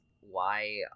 why-